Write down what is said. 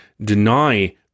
deny